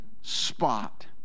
spot